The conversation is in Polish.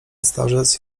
starzec